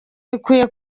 bikwiye